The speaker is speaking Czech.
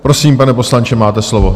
Prosím, pane poslanče, máte slovo.